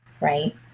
right